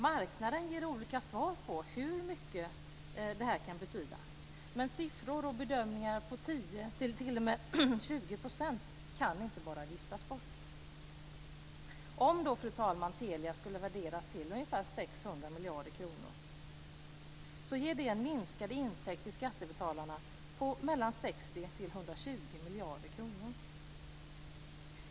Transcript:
Marknaden ger olika svar på frågan hur mycket det kan betyda, men bedömningar på 10 % och t.o.m. 20 % kan inte bara viftas bort. Om då, fru talman, Telia skulle värderas till ungefär 600 miljarder kronor, så ger detta en minskad intäkt till skattebetalarna på mellan 60 och 120 miljarder kronor.